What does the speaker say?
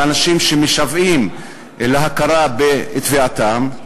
לאנשים שמשוועים להכרה בתביעתם,